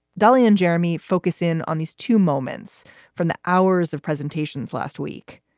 dullahan, jeremy, focus in on these two moments from the hours of presentations last week.